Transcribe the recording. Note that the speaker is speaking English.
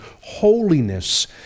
Holiness